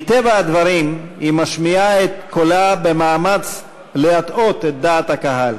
מטבע הדברים היא משמיעה את קולה במאמץ להטעות את דעת הקהל,